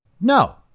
No